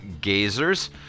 Gazers